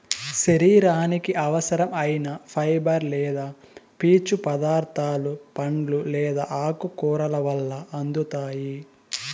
శరీరానికి అవసరం ఐన ఫైబర్ లేదా పీచు పదార్థాలు పండ్లు లేదా ఆకుకూరల వల్ల అందుతాయి